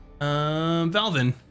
valvin